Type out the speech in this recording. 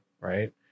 right